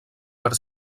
per